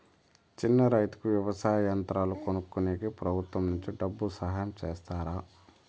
చిన్న రైతుకు వ్యవసాయ యంత్రాలు కొనుక్కునేకి ప్రభుత్వం నుంచి డబ్బు సహాయం చేస్తారా?